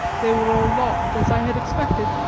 they were all locked, as i had expected,